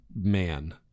man